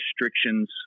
restrictions